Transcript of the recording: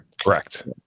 Correct